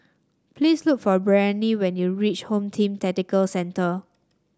please look for Breanne when you reach Home Team Tactical Centre